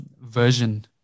version